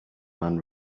man